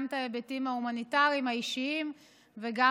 גם את ההיבטים ההומניטריים האישיים וגם